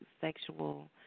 sexual